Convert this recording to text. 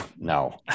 No